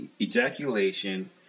ejaculation